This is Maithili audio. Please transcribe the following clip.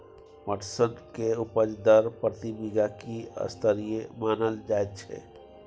पटसन के उपज दर प्रति बीघा की स्तरीय मानल जायत छै?